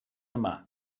yma